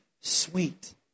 sweet